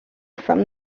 from